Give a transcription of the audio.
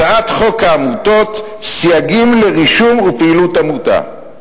הצעת חוק העמותות (סייגים לרישום ופעילות עמותה):